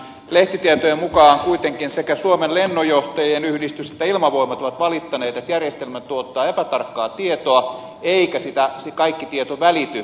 lehtitietojen mukaan kuitenkin sekä suomen lennonjohtajien yhdistys että ilmavoimat ovat valittaneet että järjestelmä tuottaa epätarkkaa tietoa eikä se kaikki tieto välity lennonjohtajille